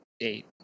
Eight